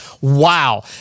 Wow